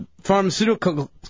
pharmaceutical